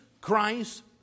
Christ